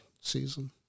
season